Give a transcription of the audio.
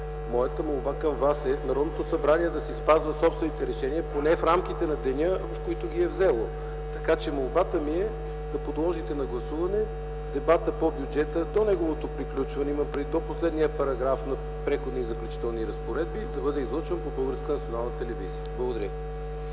Молбата ми към Вас е Народното събрание да си спазва собствените решения поне в рамките на деня, в които ги е взело. Молбата ми е да подложите на гласуване дебата по бюджета, до неговото приключване имам предвид до последния параграф на Преходни и заключителни разпоредби, да бъде излъчван по Българска национална телевизия. Благодаря.